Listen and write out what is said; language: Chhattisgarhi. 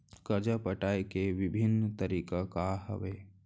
करजा पटाए के विभिन्न तरीका का हवे?